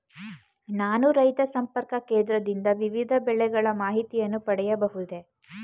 ನಾನು ರೈತ ಸಂಪರ್ಕ ಕೇಂದ್ರದಿಂದ ವಿವಿಧ ಬೆಳೆಗಳ ಮಾಹಿತಿಯನ್ನು ಪಡೆಯಬಹುದೇ?